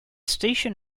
station